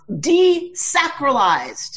desacralized